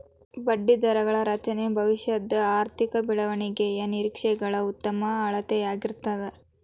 ಬಡ್ಡಿದರಗಳ ರಚನೆ ಭವಿಷ್ಯದ ಆರ್ಥಿಕ ಬೆಳವಣಿಗೆಯ ನಿರೇಕ್ಷೆಗಳ ಉತ್ತಮ ಅಳತೆಯಾಗಿರ್ತದ